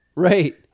right